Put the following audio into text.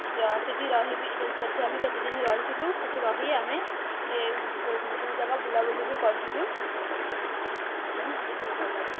ଯ ସେଠି ରହିବି ସେଠି ଆମେ କେତେ ଦିନ ରହିଥିଲୁ ସେଠି ରହି ଆମେ ଏ ବିଭିନ୍ନ ଜାଗା ବୁଲାବୁଲି ବି କରିଥିଲୁ ଓ ସେ ବହୁତ ଭଲଲାଗେ